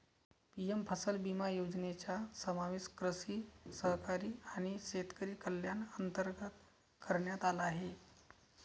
PM फसल विमा योजनेचा समावेश कृषी सहकारी आणि शेतकरी कल्याण अंतर्गत करण्यात आला आहे